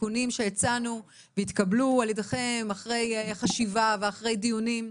התיקונים שהצענו והתקבלו על ידיכם אחרי חשיבה ואחרי דיונים.